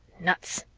nuts!